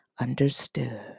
understood